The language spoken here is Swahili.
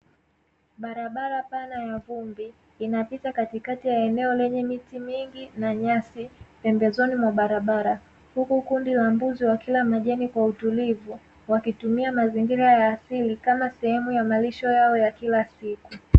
Barabara ya vumbi inapita katikati ya eneo lenye miti mingi na nyasi pembezoni mwa barabara, huku kundi la mbuzi wa kila majani kwa utulivu wakitumia mazingira ya asili kama sehemu ya malisho yao ya kila siku.